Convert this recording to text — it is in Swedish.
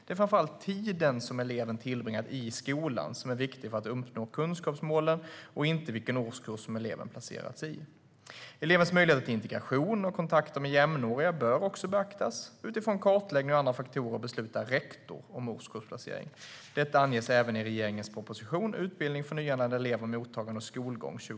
Det är framför allt tiden som eleven tillbringat i skolan som är viktig för att uppnå kunskapsmålen och inte vilken årskurs som eleven placerats i. Elevens möjligheter till integration och kontakter med jämnåriga bör också beaktas. Utifrån kartläggning och andra faktorer beslutar rektor om årskursplacering. Detta anges även i regeringens proposition Utbildning för nyanlända elever - mottagande och skolgång .